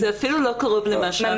זה אפילו לא קרוב למה שאמרנו.